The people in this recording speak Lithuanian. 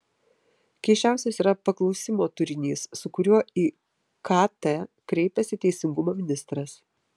keisčiausias yra paklausimo turinys su kuriuo į kt kreipiasi teisingumo ministras